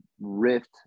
rift